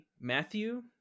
matthew